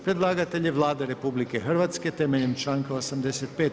Predlagatelj je Vlada RH temeljem članka 85.